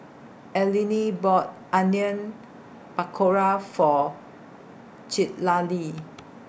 Allene bought Onion Pakora For Citlali